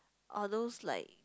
or those like